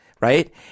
Right